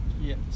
Yes